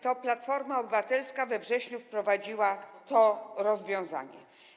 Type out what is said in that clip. To Platforma Obywatelska we wrześniu wprowadziła to rozwiązanie.